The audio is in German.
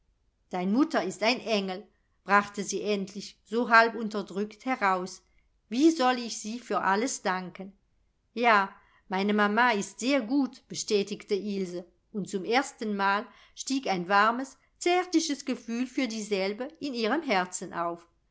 dein mutter ist ein engel brachte sie endlich so halb unterdrückt heraus wie soll ich sie für alles danken ja meine mama ist sehr gut bestätigte ilse und zum erstenmal stieg ein warmes zärtliches gefühl für dieselbe in ihrem herzen auf